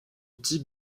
type